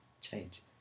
change